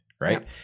right